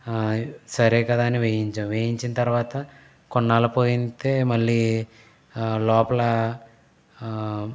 సరే కదా అని వేయించాం వేయించిన తర్వాత కొన్నాళ్ళ పోతే మళ్ళీ లోపల